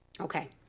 Okay